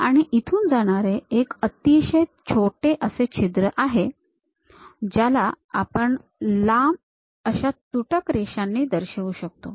आणि इथून जाणारे एक अतिशय छोटे असे एक छिद्र आहे ज्याला आपण लांब अशा तुटक रेषांनी दर्शवू शकतो